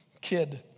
kid